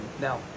Now